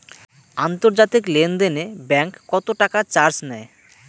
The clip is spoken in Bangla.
আন্তর্জাতিক লেনদেনে ব্যাংক কত টাকা চার্জ নেয়?